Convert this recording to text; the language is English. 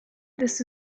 this